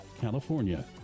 California